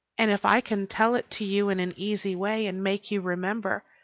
and if i can tell it to you in an easy way and make you remember,